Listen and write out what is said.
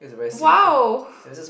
!wow!